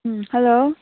ꯎꯝ hello